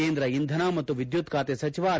ಕೇಂದ್ರ ಇಂಧನ ಮತ್ತು ವಿದ್ಯುತ್ ಖಾತೆ ಸಚಿವ ಆರ್